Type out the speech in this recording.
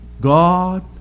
God